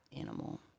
animal